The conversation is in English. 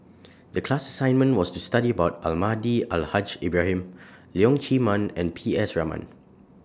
The class assignment was to study about Almahdi Al Haj Ibrahim Leong Chee Mun and P S Raman